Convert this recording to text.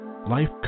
life